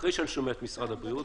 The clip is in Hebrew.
אחרי שאני שומע את משרד הבריאות.